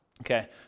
Okay